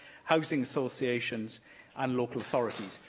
housing associations and local authorities.